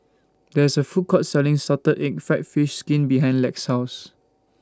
There IS A Food Court Selling Salted Egg Fried Fish Skin behind Lex's House